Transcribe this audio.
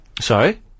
Sorry